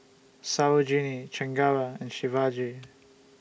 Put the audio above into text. Sarojini Chengara and Shivaji